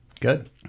Good